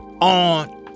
on